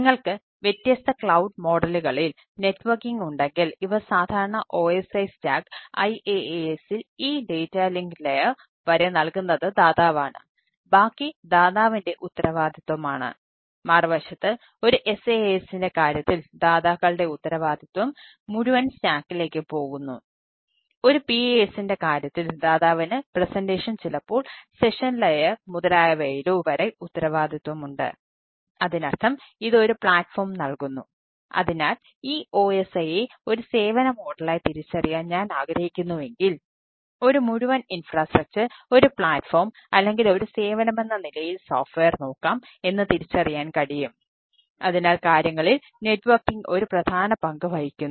നിങ്ങൾക്ക് വ്യത്യസ്ത ക്ലൌഡ് മോഡലുകളിൽ ഒരു പ്രധാന പങ്ക് വഹിക്കുന്നു